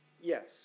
Yes